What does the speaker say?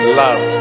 love